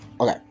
okay